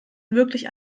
wirklich